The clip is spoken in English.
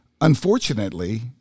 Unfortunately